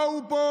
באו פה